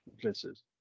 places